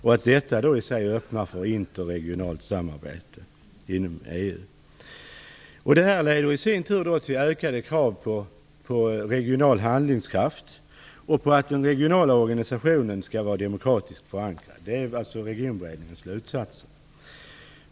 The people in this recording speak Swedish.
Detta öppnar då i sig för interregionalt samarbete inom EU. Detta leder i sin tur till ökade krav på regional handlingskraft och på att den regionala organisationen skall vara demokratiskt förankrad, vilket alltså är Regionberedningens slutsatser.